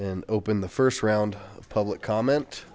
and open the first round public comment